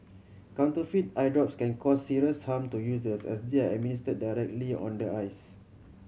counterfeit eye drops can cause serious harm to users as they are administered directly on the eyes